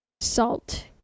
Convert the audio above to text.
salt